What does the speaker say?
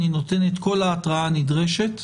אני נותן את כל ההתראה הנדרשת.